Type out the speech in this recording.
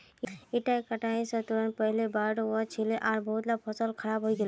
इता कटाई स तुरंत पहले बाढ़ वल छिले आर बहुतला फसल खराब हई गेले